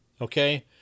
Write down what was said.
okay